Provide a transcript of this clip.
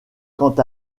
quant